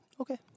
okay